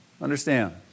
understand